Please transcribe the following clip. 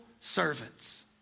servants